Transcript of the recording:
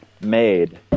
made